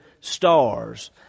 stars